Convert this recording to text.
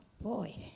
boy